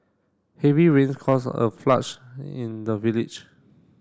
heavy rain caused a in the village